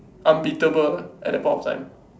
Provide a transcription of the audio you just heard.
unbeatable ah at that point of time